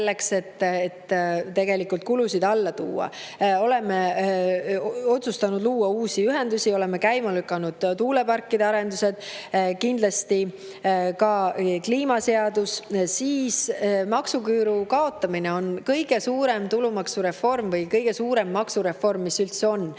selleks, et kulusid alla tuua. Oleme otsustanud luua uusi ühendusi, oleme käima lükanud tuuleparkide arendusi. Kindlasti ka kliimaseadus. Maksuküüru kaotamine on kõige suurem tulumaksureform või üldse kõige suurem maksureform, mis on